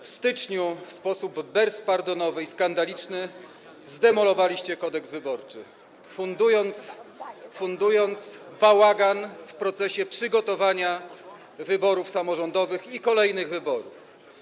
W styczniu w sposób bezpardonowy i skandaliczny zdemolowaliście Kodeks wyborczy, fundując bałagan w procesie przygotowania wyborów samorządowych i kolejnych wyborów.